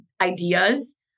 ideas